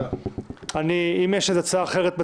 אם יש איזושהי הצעה אחרת,